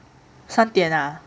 三点啊